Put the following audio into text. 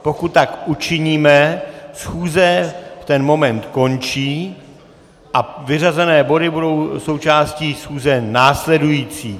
Pokud tak učiníme, schůze v ten moment končí a vyřazené body budou součástí schůze následující.